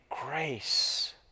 grace